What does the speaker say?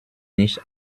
nicht